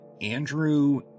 Andrew